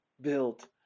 built